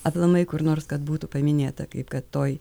aplamai kur nors kad būtų paminėta kaip kad toj